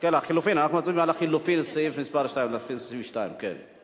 אנחנו מצביעים על החלופין, סעיף מס' 2. זה